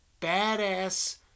badass